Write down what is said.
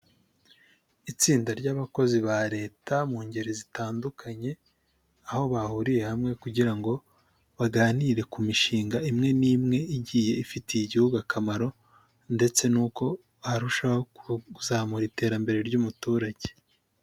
Itsinda ry'abakozi ba leta mu ngeri zitandukanye aho bahuriye hamwe kugira ngo baganire ku mishinga imwe n'imwe igiye ifitiye igihugu akamaro, ndetse n'uko barushaho kuzamura iterambere ry'umuturage.